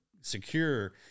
secure